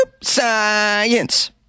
science